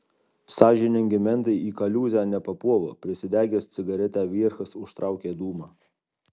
sąžiningi mentai į kaliūzę nepapuola prisidegęs cigaretę vierchas užtraukė dūmą